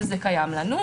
וזה קיים לנו,